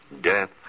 Death